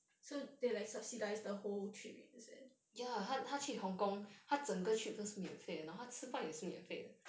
so they like subsidise the whole trip is it